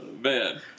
man